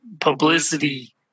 publicity